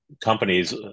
companies